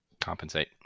compensate